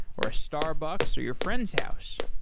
or a starbucks, or your friend's house,